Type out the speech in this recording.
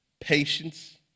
patience